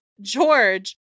George